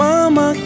Mama